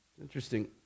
Interesting